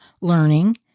learning